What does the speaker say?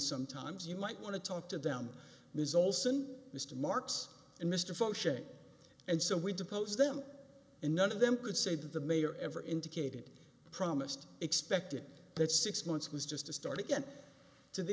sometimes you might want to talk to them ms olson mr marks and mr function and so we depose them and none of them could say that the mayor ever indicated promised expected that six months was just to start again to the